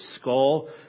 skull